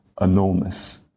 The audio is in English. enormous